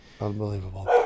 Unbelievable